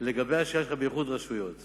לגבי השאלה שלך על איחוד הרשויות.